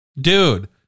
dude